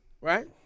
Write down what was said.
right